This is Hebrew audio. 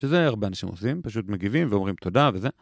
שזה הרבה אנשים עושים, פשוט מגיבים ואומרים תודה וזה.